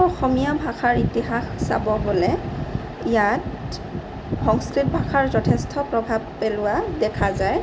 অসমীয়া ভাষাৰ ইতিহাস চাব গ'লে ইয়াত সংস্কৃত ভাষাৰ যথেষ্ট প্ৰভাৱ পেলোৱা দেখা যায়